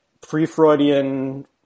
pre-Freudian